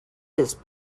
this